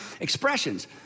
expressions